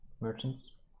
Merchants